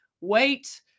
wait